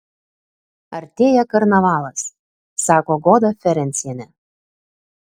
artėja karnavalas sako goda ferencienė